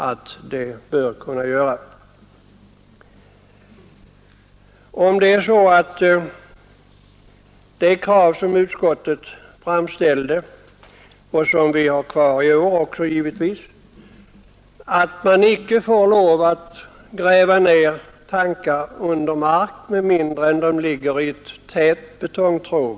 Utskottet krävde i fjol, och det kravet står givetvis kvar i år, att man icke skall få lov att gräva ner tankar under mark med mindre än att de ligger i ett tätt betongtråg.